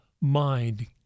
mind